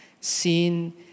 seen